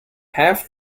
half